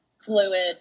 fluid